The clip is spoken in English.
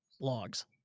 logs